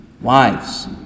Wives